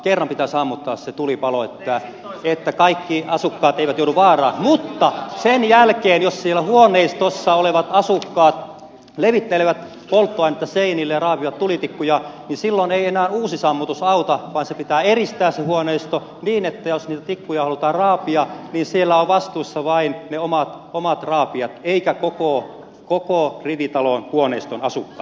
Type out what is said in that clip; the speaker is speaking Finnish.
kerran pitää sammuttaa se tulipalo että kaikki asukkaat eivät joudu vaaraan mutta sen jälkeen jos siellä huoneistossa olevat asukkaat levittelevät polttoainetta seinille ja raapivat tulitikkuja niin silloin ei enää uusi sammutus auta vaan pitää eristää se huoneisto niin että jos niitä tikkuja halutaan raapia niin siellä ovat vastuussa vain ne omat raapijat eivätkä koko rivitalon huoneistojen asukkaat